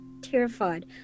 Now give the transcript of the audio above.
terrified